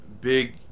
big